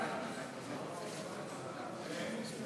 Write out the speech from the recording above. יש